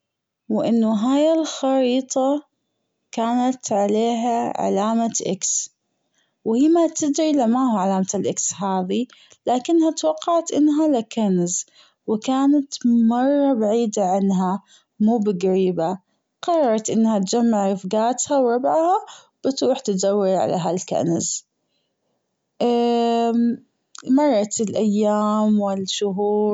وأنه هي الخريطة كانت عليها علامة أكس و هي ما تدري لا ماهو علامة الأكس هذي لكنها أتوقعت أنها لكنز وكانت مرة بعيدة عنها مو بقريبة قررت أنها تجمع رفقاتها وربعها بتروح تدور على هالكنز مرت الأيام والشهور.